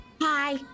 Hi